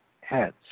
heads